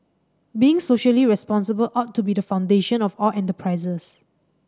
being socially responsible ought to be the foundation of all enterprises